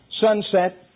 Sunset